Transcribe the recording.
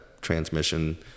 transmission